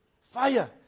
Fire